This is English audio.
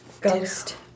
Ghost